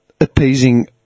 appeasing